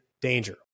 danger